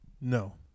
No